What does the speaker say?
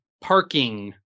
parking